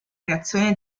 reazione